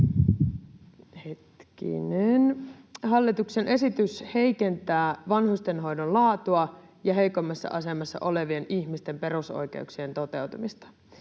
Hallituksen esitys heikentää vanhustenhoidon laatua ja heikoimmassa asemassa olevien ihmisten perusoikeuksien toteutumista.